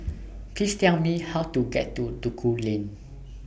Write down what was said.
Please Tell Me How to get to Duku Lane